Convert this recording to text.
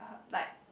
a like